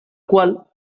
cual